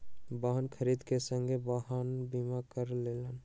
वाहन खरीद के संगे वाहनक बीमा करा लेलैन